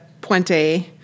Puente